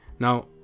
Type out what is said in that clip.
Now